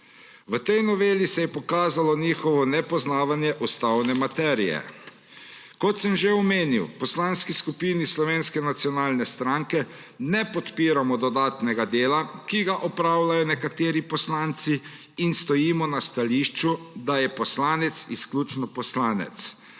V tej noveli se je pokazalo njihovo nepoznavanje ustavne materije. Kot sem že omenil, v Poslanski skupini Slovenske nacionalne stranke ne podpiramo dodatnega dela, ki ga opravljajo nekateri poslanc,i in stojimo na stališču, da je poslanec izključno poslanec.